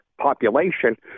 population